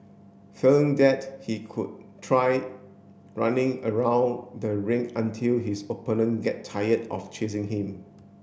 failing that he could try running around the ring until his opponent get tired of chasing him